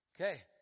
Okay